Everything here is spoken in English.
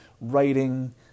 writing